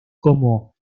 como